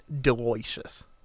delicious